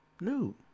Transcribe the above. new